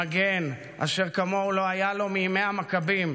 מגן, אשר כמוהו לא היה לו מימי המכבים.